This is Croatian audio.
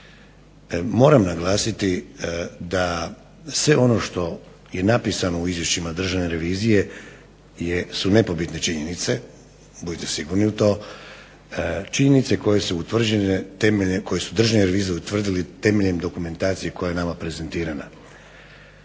Moram naglasiti da sve ono što je napisano u izvješćima Državne revizije su nepobitne činjenice budite sigurni u to, činjenice koje su utvrđene temeljen koje su državni revizori utvrdili temeljem dokumentacije koja je nama prezentirana.